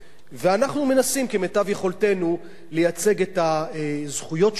ואנחנו מנסים כמיטב יכולתנו לייצג את הזכויות שלהם,